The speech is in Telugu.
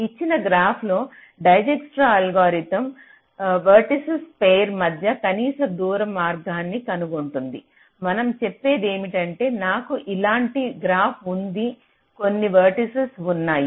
ఇచ్చిన గ్రాఫ్ లో డైజ్క్స్ట్రా అల్గోరిథంdijkstra's algorithm వెర్టిసిస్ ఫెయిర్ మధ్య కనీస దూర మార్గాన్ని కనుగొంటుంది మనం చెప్పే దేమిటంటే నాకు ఇలాంటి గ్రాఫ్ ఉంది కొన్ని వెర్టిసిస్ ఉన్నాయి